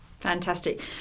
Fantastic